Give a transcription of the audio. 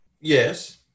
Yes